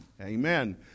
Amen